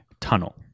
tunnel